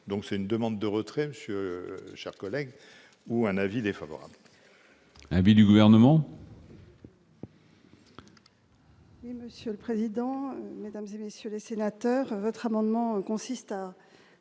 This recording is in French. donc c'est une demande de retrait Monsieur chers collègues ou un avis défavorable. Un but du gouvernement. Monsieur le président, Mesdames et messieurs les sénateurs, votre amendement consiste à